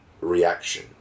reaction